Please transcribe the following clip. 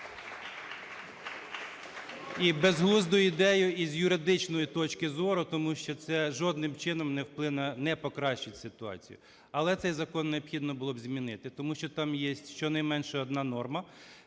І безглуздою ідеєю і з юридичної точки зору. Тому що це жодним чином не покращить ситуацію. Але цей закон необхідно було б змінити, тому що там є щонайменше одна норма,